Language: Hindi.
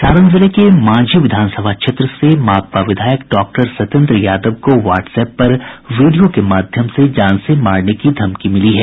सारण जिले के मांझी विधानसभा क्षेत्र से माकपा विधायक डॉक्टर सत्येन्द्र यादव को वाट्सएप पर वीडियो के माध्यम से जान से मारने की धमकी मिली है